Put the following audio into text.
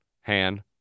Han